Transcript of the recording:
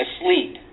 asleep